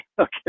Okay